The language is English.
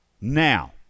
Now